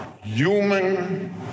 human